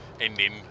ending